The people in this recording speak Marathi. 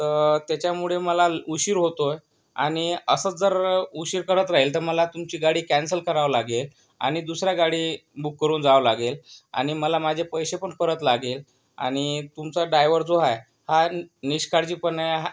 तर त्याच्यामुळे मला उशीर होतोय आणि असंच जर उशीर करत राहील तर मला तुमची गाडी कॅन्सल करावं लागेल आणि दुसरा गाडी बुक करून जावं लागेल आणि मला माझे पैसे पण परत लागेल आणि तुमचा डायव्हर जो हाय हा निष्काळजीपणे